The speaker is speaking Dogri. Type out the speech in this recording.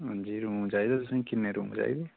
हां जी रूम चाहिदे तुसेंगी किन्ने रूम चाहिदे